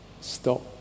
stop